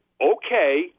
okay